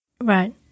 Right